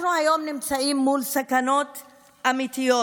אנחנו היום נמצאים מול סכנות אמיתיות,